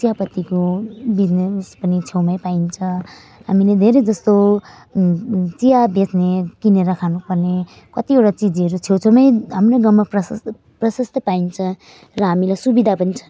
चियापत्तीको बिजनेस पनि छेउमै पाइन्छ हामीले धेरै जस्तो चिया बेच्ने किनेर खानुपर्ने कतिवटा चिजहरू छेउछेउमै हाम्रै गाउँमा प्रस प्रसस्त पाइन्छ र हामीलाई सुविधा पनि छ